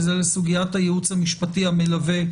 וזה לסוגיית הייעוץ המשפטי המלווה,